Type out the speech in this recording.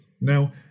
Now